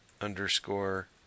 underscore